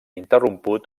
interromput